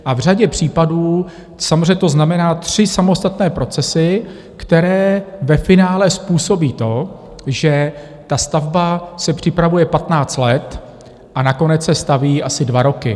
V řadě případů samozřejmě to znamená tři samostatné procesy, které ve finále způsobí to, že ta stavba se připravuje patnáct let a nakonec se staví asi dva roky.